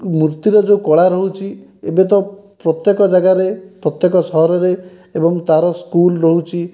ମୂର୍ତ୍ତିର ଯେଉଁ କଳା ରହୁଛି ଏବେ ତ ପ୍ରତ୍ୟେକ ଜାଗାରେ ପ୍ରତ୍ୟେକ ସହରରେ ଏବଂ ତା'ର ସ୍କୁଲ ରହୁଛି